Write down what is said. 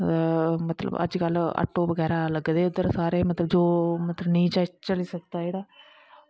मतलव अज्ज कल ऐटो बगैरा लग्गे दे उध्दर जो मतलव नी चली सकदा जेह्ड़ा